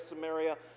Samaria